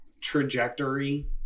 trajectory